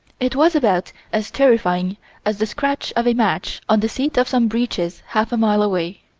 it was about as terrifying as the scratch of a match on the seat of some breeches half a mile away.